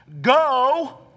Go